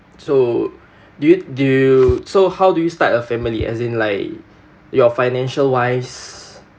so do you do so how do you start a family as in like your financial-wise